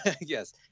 yes